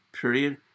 period